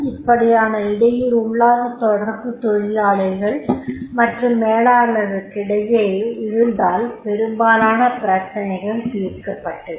இப்படியான இடையூரில்லாத தொடர்பு தொழிலாளர் மற்றும் மேலாளருக்கிடையே இருந்தால் பெரும்பாலான பிரச்சனைகள் தீர்க்கப்பட்டுவிடும்